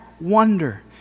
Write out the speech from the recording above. wonder